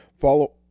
Follow